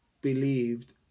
believed